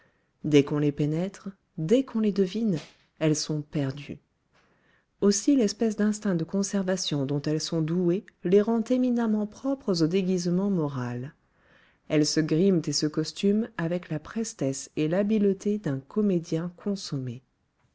dès qu'on les pénètre dès qu'on les devine elles sont perdues aussi l'espèce d'instinct de conservation dont elles sont douées les rend éminemment propres au déguisement moral elles se griment et se costument avec la prestesse et l'habileté d'un comédien consommé